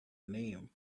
name